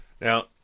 Now